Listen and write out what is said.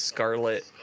Scarlet